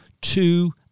two